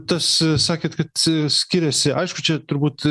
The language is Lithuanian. tas sakėt kad skiriasi aišku čia turbūt